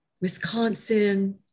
Wisconsin